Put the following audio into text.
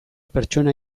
pertsona